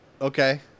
Okay